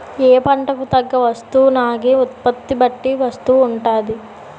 ఏ పంటకు తగ్గ వస్తువునాగే ఉత్పత్తి బట్టి వస్తువు ఉంటాది